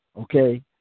okay